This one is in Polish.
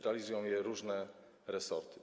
Realizują to różne resorty.